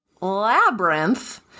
Labyrinth